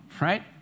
right